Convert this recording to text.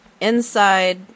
inside